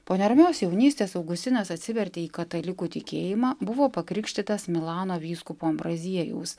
po neramios jaunystės augustinas atsivertė į katalikų tikėjimą buvo pakrikštytas milano vyskupo ambraziejaus